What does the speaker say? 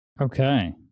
Okay